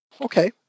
okay